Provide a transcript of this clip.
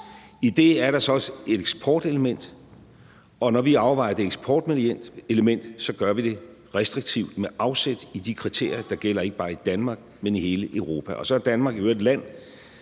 I det er der så også et eksportelement, og når vi afvejer det eksportelement, gør vi det restriktivt med afsæt i de kriterier, der gælder ikke bare i Danmark, men i hele Europa. Så er Danmark i øvrigt også et land,